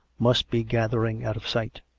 must be gathering out of sight.